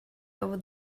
over